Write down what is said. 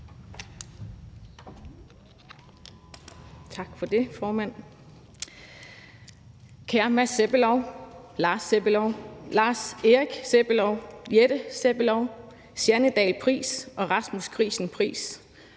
Kære Mads Peter Sebbelov, Lars Sebbelov, Lars Erik Sebbelov, Jette Sebbelov, Jeanne Dahl Priess og Rasmus Griechen Priess,